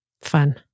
Fun